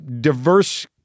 diverse